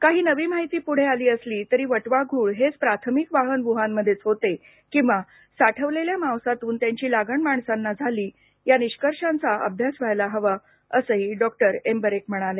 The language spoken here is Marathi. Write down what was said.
काही नवी माहिती पुढे आली असली तरी वटवाघूळ हेच प्राथमिक वाहक असले तरी ते वूहानमध्येच होते किंवा साठवलेल्या मांसातून त्यांची लागण माणसांना झाली या निष्कर्षांचा अभ्यास व्हायला हवा असंही डॉक्टर एमबरेक म्हणाले